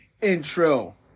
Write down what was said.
intro